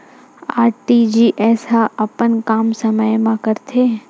RTGS ह अपन काम समय मा करथे?